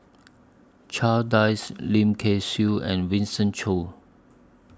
Charles Dyce Lim Kay Siu and Winston Choos